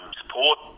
support